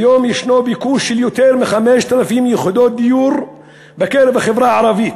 כיום יש ביקוש של יותר מ-5,000 יחידות דיור בקרב החברה הערבית.